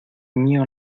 mío